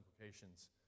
implications